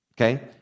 okay